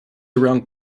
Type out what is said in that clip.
around